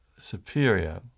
superior